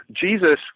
Jesus